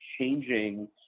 changing